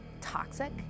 toxic